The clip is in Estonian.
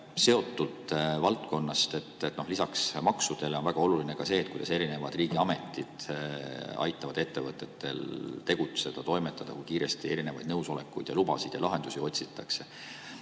seotud valdkonnast. Lisaks maksudele on väga oluline ka see, kuidas erinevad riigiametid aitavad ettevõtetel tegutseda, toimetada, kui kiiresti erinevaid nõusolekuid ja lubasid antakse